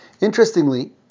Interestingly